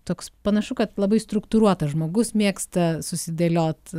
toks panašu kad labai struktūruotas žmogus mėgsta susidėliot